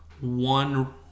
one